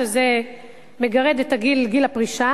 שזה מגרד את גיל הפרישה,